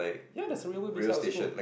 ya there's a railway beside our school